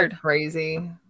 crazy